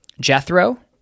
Jethro